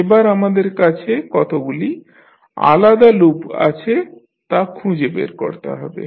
এবার আমাদের কাছে কতগুলি আলাদা লুপ আছে তা খুঁজে বের করতে হবে